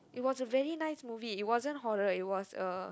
it was a very nice movie it wasn't horror is was a